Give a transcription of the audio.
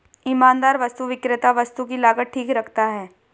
ईमानदार वस्तु विक्रेता वस्तु की लागत ठीक रखता है